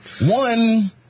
One